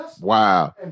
wow